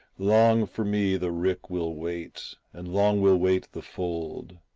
long for me the rick will wait, and long will wait the fold,